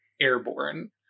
airborne